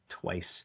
twice